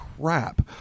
crap